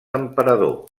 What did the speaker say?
emperador